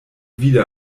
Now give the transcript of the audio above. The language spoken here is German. wieder